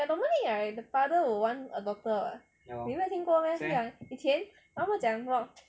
like normally right the father would want a daughter what 你没有听过 meh 他讲以前他们讲什么